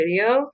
video